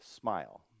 Smile